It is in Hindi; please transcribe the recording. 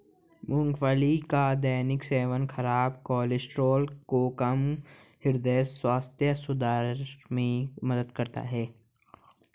मूंगफली का दैनिक सेवन खराब कोलेस्ट्रॉल को कम, हृदय स्वास्थ्य सुधार में मदद करता है